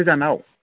गोजानाव